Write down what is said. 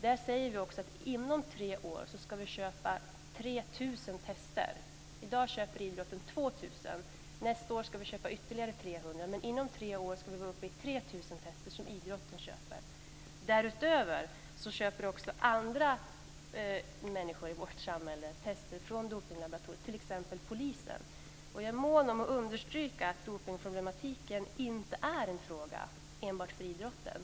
Vi uttalar också att vi inom tre år ska köpa 3 000 test. I dag köper idrotten 2 000 test, och den ska nästa år köpa ytterligare 300. Också andra i vårt samhälle köper test från Dopinglaboratoriet, t.ex. polisen. Jag är mån om att understryka att dopningsproblematiken inte är en fråga enbart för idrotten.